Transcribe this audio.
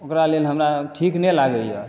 ओकरा लेल हमरा ठीक नहि लागैया